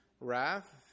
wrath